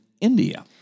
India